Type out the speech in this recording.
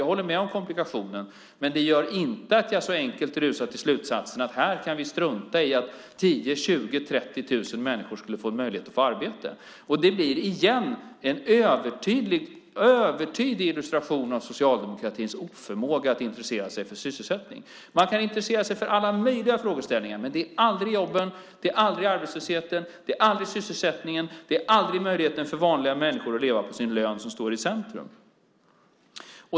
Jag håller med om komplikationen. Men det gör inte att jag så enkelt rusar till slutsatsen att vi kan strunta i att 10 000-30 000 människor skulle få en möjlighet att få arbete. Det blir igen en övertydlig illustration av socialdemokratins oförmåga att intressera sig för sysselsättning. Man kan intressera sig för alla möjliga frågeställningar, men det är aldrig jobben, det är aldrig arbetslösheten, det är aldrig sysselsättningen och det är aldrig möjligheten för vanliga människor att leva på sin lön som står i centrum.